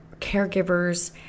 caregivers